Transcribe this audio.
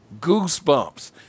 goosebumps